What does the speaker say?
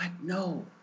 no